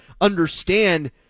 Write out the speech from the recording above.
understand